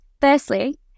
Firstly